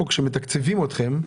כשמתקצבים אתכם,